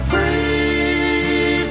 Free